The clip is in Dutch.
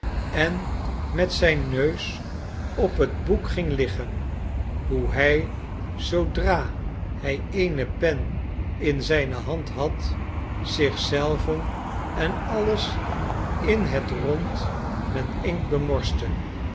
en met zijn neus op het boek ging liggen hoe hij zoodra hij eene pen in zijne hand had zich zelven en alles in het rond met inkt bemorste